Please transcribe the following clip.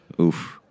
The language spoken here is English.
Oof